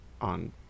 on